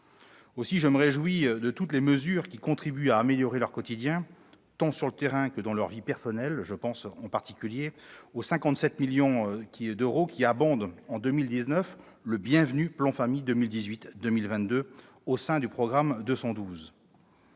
Aussi, je me réjouis de toutes les mesures qui contribuent à améliorer leur quotidien, tant sur le terrain que dans leur vie personnelle. Je pense en particulier aux 57 millions d'euros qui abondent en 2019 le bienvenu « Plan famille 2018-2022 » au sein du programme 212.